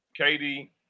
Katie